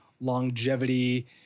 longevity